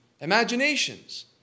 Imaginations